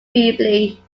feebly